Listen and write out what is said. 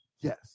Yes